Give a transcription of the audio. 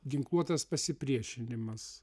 ginkluotas pasipriešinimas